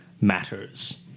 matters